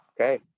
Okay